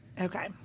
Okay